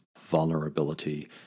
vulnerability